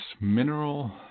mineral